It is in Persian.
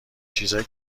چیزای